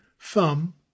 Thumb